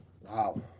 Wow